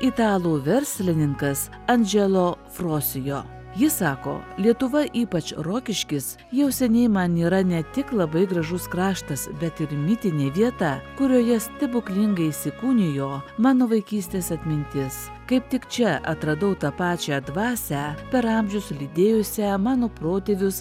italų verslininkas andželo frosijo jis sako lietuva ypač rokiškis jau seniai man yra ne tik labai gražus kraštas bet ir mitinė vieta kurioje stebuklingai įsikūnijo mano vaikystės atmintis kaip tik čia atradau tą pačią dvasią per amžius lydėjusią mano protėvius